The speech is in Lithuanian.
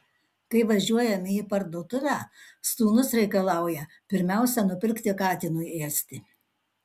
kai važiuojame į parduotuvę sūnus reikalauja pirmiausia nupirkti katinui ėsti